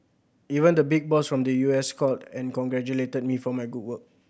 even the big boss from the U S called and congratulated me for my good work